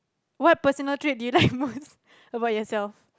what personal trait do you like most about yourself